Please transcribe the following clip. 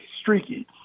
streaky